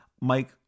Mike